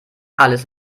alles